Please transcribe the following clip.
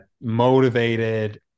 motivated